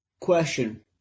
question